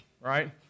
right